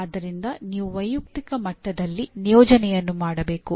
ಆದ್ದರಿಂದ ನೀವು ವೈಯಕ್ತಿಕ ಮಟ್ಟದಲ್ಲಿ ನಿಯೋಜನೆಯನ್ನು ಮಾಡಬೇಕು